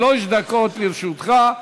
שלוש דקות לרשותך.